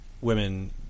women